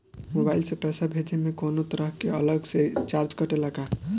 Mobile से पैसा भेजे मे कौनों तरह के अलग से चार्ज कटेला का?